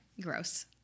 Gross